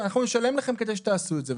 ואנחנו נשלם לכם כדי שתעשו את זה.